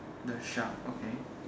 the shark okay